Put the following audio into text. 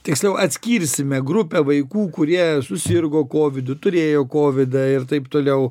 tiksliau atskirsime grupę vaikų kurie susirgo kovidu turėjo kovidą ir taip toliau